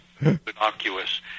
innocuous